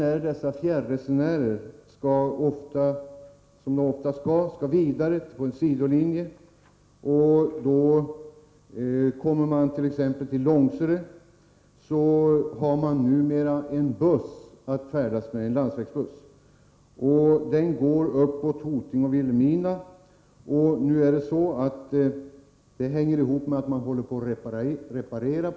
När dessa fjärresenärer, som ofta är fallet, skall resa vidare på en sidolinje och kommer till Långsele får de färdas vidare med landsvägsbuss upp till Hoting och Vilhelmina. Det hänger samman med att järnvägsbanan håller på att repareras.